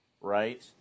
right